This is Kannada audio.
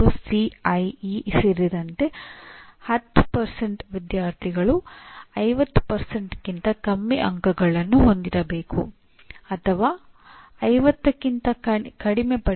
ಮೆಕ್ಯಾನಿಕಲ್ ಎಂಜಿನಿಯರಿಂಗ್ನಲ್ಲಿ ನನ್ನ ಪದವೀಧರರು ಮೆಕ್ಯಾನಿಕಲ್ ಎಂಜಿನಿಯರಿಂಗ್ ಕ್ಷೇತ್ರದಲ್ಲಿ ಕೆಲಸ ಮಾಡುತ್ತಾರೆ ಎಂದು ನಾನು ನಿರೀಕ್ಷಿಸುತ್ತಿದ್ದೇನೆ